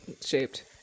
shaped